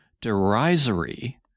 derisory